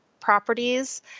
properties